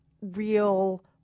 real